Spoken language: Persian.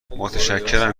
متشکرم